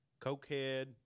cokehead